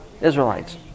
Israelites